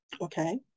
okay